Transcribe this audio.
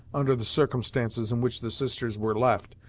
under the circumstances in which the sisters were left,